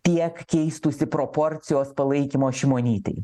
tiek keistųsi proporcijos palaikymo šimonytei